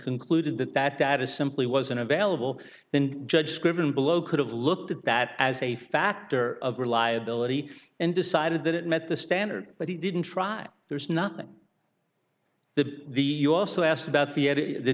concluded that that data simply wasn't available then judge scriven below could have looked at that as a factor of reliability and decided that it met the standard but he didn't try there's not the the you also asked about the the